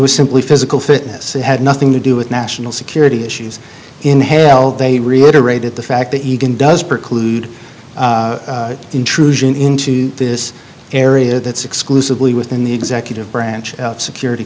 was simply physical fitness had nothing to do with national security issues in hell they reiterated the fact that you can does preclude intrusion into this area that's exclusively within the executive branch security